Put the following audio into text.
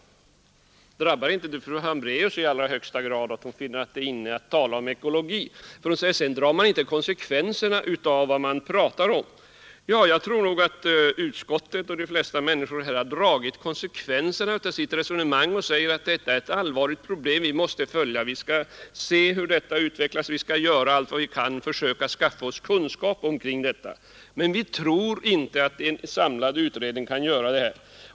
Drabbar inte det fru Hambraeus i allra högsta grad — att det är inne att tala om ekologi? Hon säger att man sedan inte drar konsekvenserna av vad man pratar om. Jag tror nog att utskottet och de flesta här har dragit konsekvenserna av sitt resonemang, när man säger att detta är ett allvarligt problem och att vi skall se hur det utvecklas och göra allt vad vi kan för att försöka skaffa oss kunskap om det. Men vi tror inte att en samlad utredning kan göra detta.